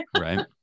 Right